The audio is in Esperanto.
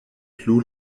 plu